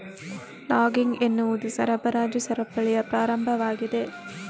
logging ಎನ್ನುವುದು ಸರಬರಾಜು ಸರಪಳಿಯ ಪ್ರಾರಂಭವಾಗಿದೆ